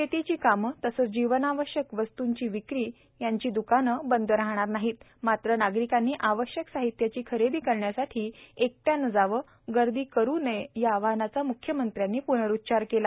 शेतीची कामं तसंच जीवनावश्यक वस्तू विक्रीची द्कानं बंद राहणार नाहीत मात्र नागरिकांनी आवश्यक साहित्याची खरेदी करण्यासाठी एकट्याने जावे गर्दी करू नये या आवाहनाचा म्ख्यमंत्र्यांनी प्नरुच्चार केला